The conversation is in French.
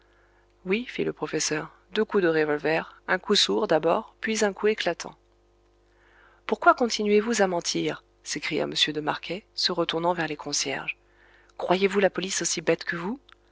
oui fit le professeur deux coups de revolver un coup sourd d'abord puis un coup éclatant pourquoi continuez vous à mentir s'écria m de marquet se retournant vers les concierges croyez-vous la police aussi bête que vous